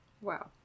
Wow